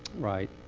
right.